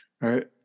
right